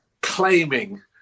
claiming